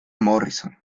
morrison